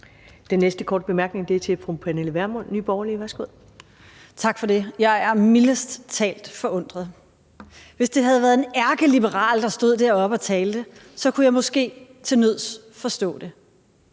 Den næste korte bemærkning er til fru Pernille Vermund, Nye Borgerlige. Værsgo. Kl. 14:19 Pernille Vermund (NB): Tak for det. Jeg er mildest talt forundret. Hvis det havde været en ærkeliberal, der stod deroppe og talte, så kunne jeg måske til nød forstå det.